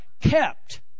kept